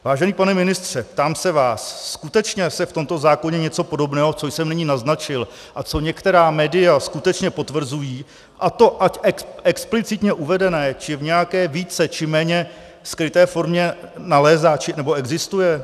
Vážený pane ministře, ptám se vás, skutečně se v tomto zákoně něco podobného, co jsem nyní naznačil a co některá média skutečně potvrzují, a to ať explicitně uvedené, či v nějaké více či méně skryté formě, nalézá nebo existuje?